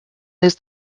lose